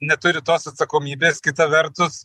neturi tos atsakomybės kita vertus